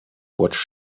watch